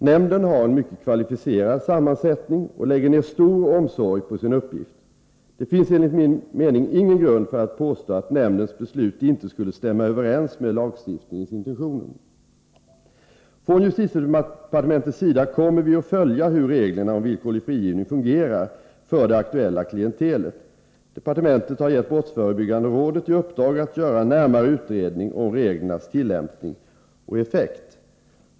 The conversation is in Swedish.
Nämnden har en mycket kvalificerad sammansättning och lägger ner stor omsorg på sin uppgift. Det finns enligt min mening ingen grund för att påstå att nämndens beslut inte skulle stämma överens med lagstiftningens intentioner. Från justitiedepartementets sida kommer vi att följa hur reglerna om villkorlig frigivning fungerar för det aktuella klientelet. Departementet har gett brottsförebyggande rådet i uppdrag att göra en närmare utredning om reglernas tillämpning och effekt.